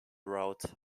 route